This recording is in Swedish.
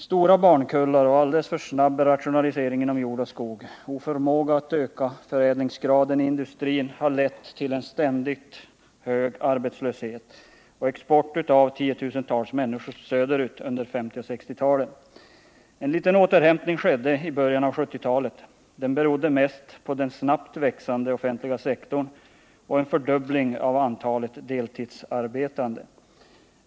Stora barnkullar, alldeles för snabb rationalisering inom jord och skog och oförmåga att öka förädlingsgraden i industrin har lett till en ständigt högre arbetslöshet och export av tiotusentals människor söderut under 1950 och 1960-talen. En liten återhämtning skedde i början av 1970-talet. Den berodde mest på den snabbt växande offentliga sektorn och en fördubbling av antalet deltidsarbetande.